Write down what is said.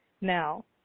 now